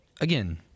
again